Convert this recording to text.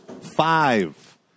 five